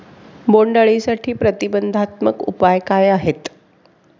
बोंडअळीसाठी प्रतिबंधात्मक उपाय काय आहेत?